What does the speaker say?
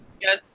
Yes